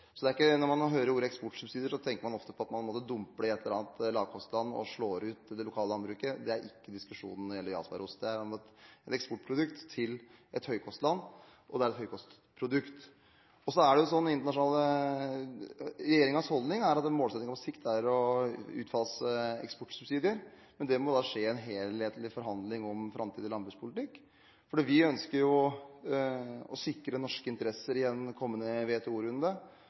Når man hører ordet «eksportsubsidier», tenker man ofte at man både dumper det i et eller annet lavkostland og slår ut det lokale landbruket. Det er ikke diskusjonen når det gjelder Jarlsbergost. Det handler om et eksportprodukt til et høykostland, og det er et høykostprodukt. Regjeringens holdning er at målsetningen på sikt er å utfase eksportsubsidier, men det må skje i en helhetlig forhandling om framtidig landbrukspolitikk. Vi ønsker å sikre norske interesser i en kommende